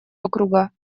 округа